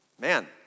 Man